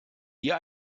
hier